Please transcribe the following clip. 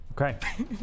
Okay